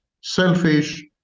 selfish